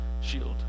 Shield